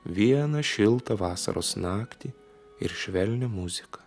vieną šiltą vasaros naktį ir švelnią muziką